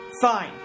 Fine